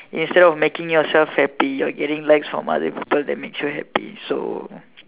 instead of making yourself happy you are getting likes from other people that makes you happy so